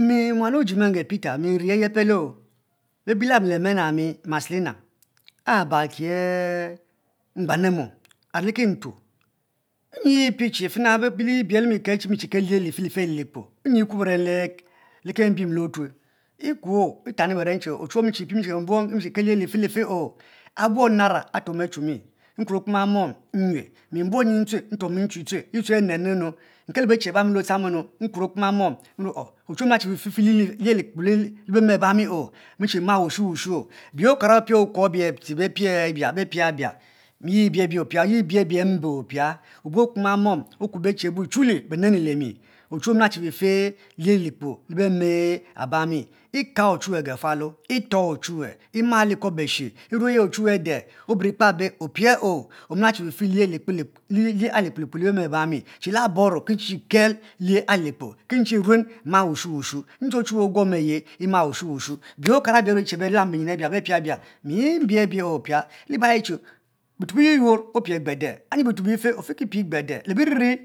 Mi inri muan ojie menge peter mi nri ayepe lo, bebie la mi le mene ami marlilina aba kie eme bane moari le kintuo, nyi ye pie che fen bebielibie mmivhe kel lie ali li kpoo nyi ekuo beren le kembiem le otue ekuo ochuwue amiliye piepie ebuon buong lie ali li fe life oo, abuong narce atuom achuma mi tue mbuong nyin ntuom nchue le tue anen nu mue le octcham nu nkuor okpoma nue ele ochuwue omila chifefe lie ali kpor le beme abami mi che ma wushu wushu osie okara opie owu chi be pie apia bepie abia ye ebi abie ye ebi abie embe opia obuong okpoma mom okuo bechi abue chuli beneny le mi, ochuwue omila che fe fe lie ali li kpoo le be me abami eka ochuwue apafualo itor ochuwue ema le ekuobeshe nue ochuwue ade oburikpebe opiepo omi chi fe fe lie ali kpor lebe me abami chi la bairo, chi la boro kinchi kel lieali kpo ki chi kel men ma wushu wushu nyi ochuwue oboro ye ema wushu wushu bie okara berue chie belamo binyi bepie abia mi mbi-arbie opia ayi che bituel bi yuyur opie gbede bet ofe ki pie gbede